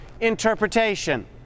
interpretation